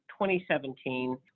2017